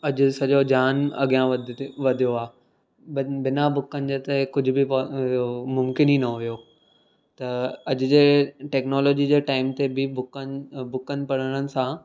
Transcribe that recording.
अॼु सॼो ज्ञानु अॻियां वधियो आहे बिना बुकनि जे त कुझु बि पोइ इहो मुमकिन ई न हुओ त अॼु जे टेक्नोलॉजी जे टाइम ते बि बुकनि बुकनि पढ़णनि सां